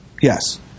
yes